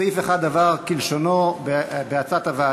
אני קובע כי ההסתייגות נדחתה.